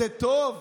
זה טוב,